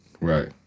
Right